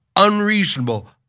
unreasonable